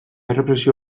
errepresio